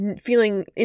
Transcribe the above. feeling